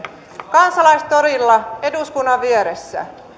kansalaistorilla eduskunnan vieressä